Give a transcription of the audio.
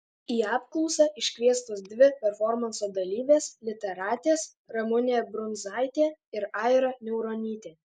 į apklausą iškviestos dvi performanso dalyvės literatės ramunė brunzaitė ir aira niauronytė